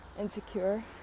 insecure